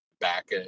back